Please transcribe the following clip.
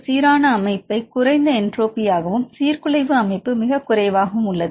சீரான அமைப்பை குறைந்த என்ட்ரோபியாகவும் சீர்குலைவு அமைப்பு மிக குறைவாகவும் உள்ளது